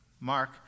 Mark